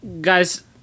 Guys